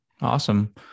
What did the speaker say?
Awesome